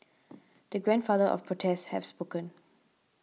the grandfather of protests has spoken